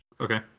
Okay